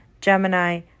gemini